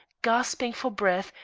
gasping for breath,